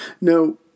No